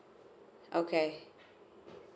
okay